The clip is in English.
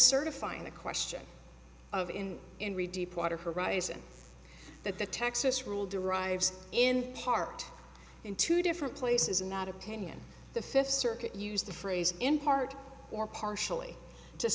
certifying the question of in in re deepwater horizon that the texas rule derives in part in two different places and not opinion the fifth circuit used the phrase in part or partially